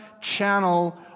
Channel